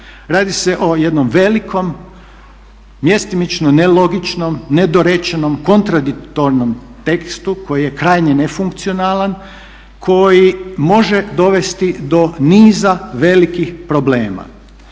Radi se o jednom velikom mjestimično nelogičnom, nedorečenom, kontradiktornom tekstu koji je krajnje nefunkcionalan, koji može dovesti do niza velikih problema.